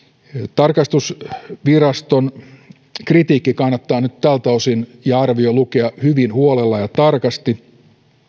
tarkastusviraston kritiikki kannattaa nyt tältä osin lukea hyvin huolella ja tarkasti